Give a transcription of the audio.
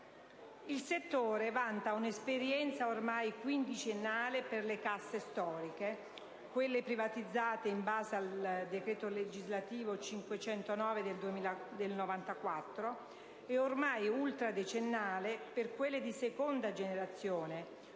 Il settore vanta un'esperienza ormai quindicennale per le casse «storiche» (quelle privatizzate in base al decreto legislativo n. 509 del 1994) e ormai ultradecennale per quelle «di seconda generazione»